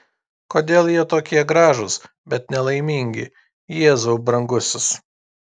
kodėl jie tokie gražūs bet nelaimingi jėzau brangusis